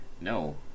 No